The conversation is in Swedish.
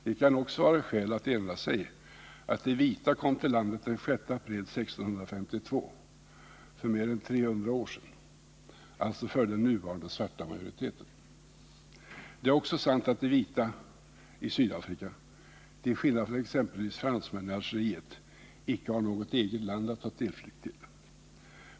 Det kan också vara skäl att erinra sig att de vita kom till landet den 6 april 1652, för mer än 300 år sedan, alltså före den nuvarande svarta majoriteten. Det är också sant att de vita i Sydafrika — till skillnad från exempelvis fransmännen i Algeriet — icke har något eget land att ta sin tillflykt till.